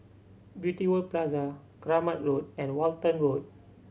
Beauty World Plaza Kramat Road and Walton Road